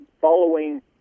following